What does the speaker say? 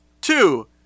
Two